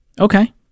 okay